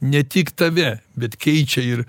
ne tik tave bet keičia ir